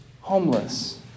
homeless